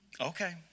okay